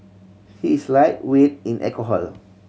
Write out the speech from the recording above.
he is lightweight in alcohol